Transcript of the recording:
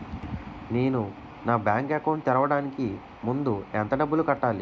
నేను నా bank account తెరవడానికి ముందు ఎంత డబ్బులు కట్టాలి?